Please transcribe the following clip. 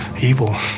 evil